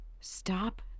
Stop